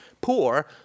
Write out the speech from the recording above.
poor